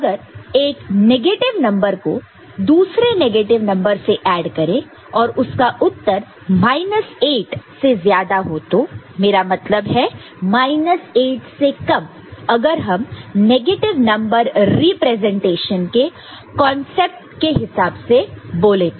अगर एक negative number को दूसरे नेगेटिव नंबर से ऐड करें और उसका उत्तर माइनस 8 से ज्यादा हो तो मेरा मतलब है माइनस 8 से कम अगर हम नेगेटिव नंबर रिप्रेजेंटेशन के कांसेप्ट के हिसाब से बोले तो